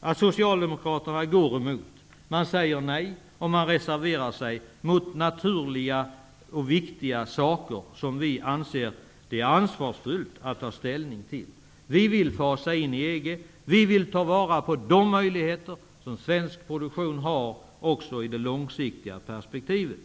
att Socialdemokraterna går emot majoriteten. De säger nej och reserverar sig mot naturliga och viktiga saker som vi anser att det är ansvarsfullt att ta ställning till. Vi vill ha en infasning i EG. Vi vill ta vara på de möjligheter som svensk produktion har i det långsiktiga perspektivet.